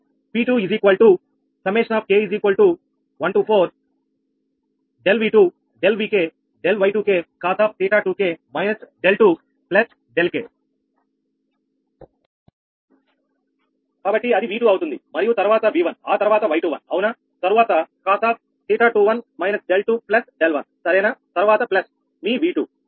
𝑃2 ∑4k1|𝑉2||𝑉k||Y2k | cos𝜃2k − 𝛿2 𝛿k కాబట్టి అది V2 అవుతుంది మరియు తరువాత V1 ఆ తర్వాత Y21 అవునా తర్వాత cos𝜃21 − 𝛿2 𝛿1 సరేనా తర్వాత ప్లస్ మీ V2 తర్వాత k2